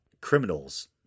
criminals